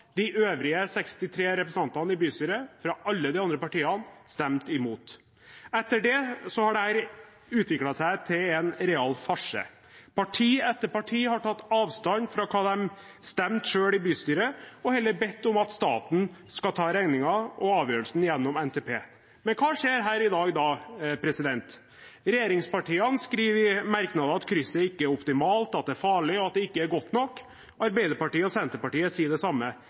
i bystyret, fra alle de andre partiene, stemte imot. Etter det har dette utviklet seg til en real farse. Parti etter parti har tatt avstand fra hva de selv stemte i bystyret, og heller bedt om at staten skal ta regningen og avgjørelsen gjennom NTP. Men hva skjer her i dag? Regjeringspartiene skriver i merknadene at krysset ikke er optimalt, at det er farlig, og at det ikke er godt nok. Arbeiderpartiet og Senterpartiet sier det samme.